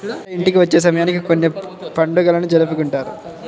పంట ఇంటికి వచ్చే సమయానికి కొన్ని పండుగలను జరుపుకుంటారు